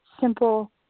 simple